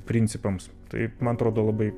principams tai man atrodo labai